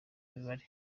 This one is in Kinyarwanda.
mibare